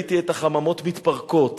כשראיתי את החממות מתפרקות,